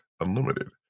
Unlimited